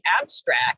abstract